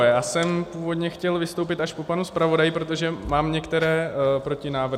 Já jsem původně chtěl vystoupit až po panu zpravodaji, protože mám některé protinávrhy.